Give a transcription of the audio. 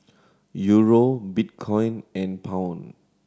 Euro Bitcoin and Pound